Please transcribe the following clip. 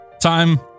Time